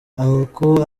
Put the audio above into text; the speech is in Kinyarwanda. ako